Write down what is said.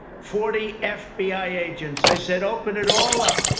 forty f b i. agents. i said, open it all up!